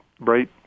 right